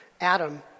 Adam